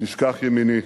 תשכח ימיני".